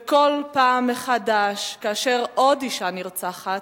ובכל פעם מחדש, כאשר עוד אשה נרצחת,